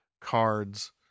cards